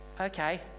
Okay